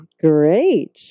Great